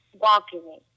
walking